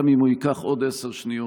גם אם הוא ייקח עוד עשר שניות,